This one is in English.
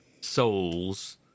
souls